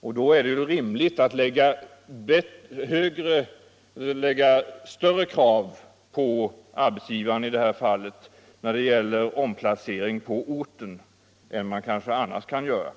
Då är det rimligt att ställa större krav på arbetsgivaren i det här fallet när det gäller omplacering på orten än man kanske annars kan göra.